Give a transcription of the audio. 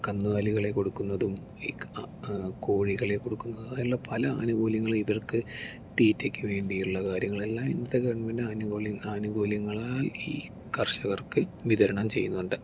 കന്നുകാലികളെ കൊടുക്കുന്നതും കോഴികളെ കൊടുക്കുന്നതും ആയ പല ആനുകൂല്യങ്ങളും ഇവർക്കു തീറ്റക്കുവേണ്ടിയുള്ള കാര്യങ്ങൾ എല്ലാം ഇന്നത്തെ ഗവണ്മെന്റ് ആനുകൂല്യങ്ങ ആനുകൂല്യങ്ങളാൽ ഈ കർഷകർക്ക് വിതരണം ചെയ്യുന്നുണ്ട്